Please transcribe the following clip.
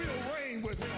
away with